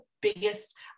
biggest